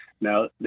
Now